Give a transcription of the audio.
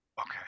Okay